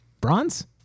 Bronze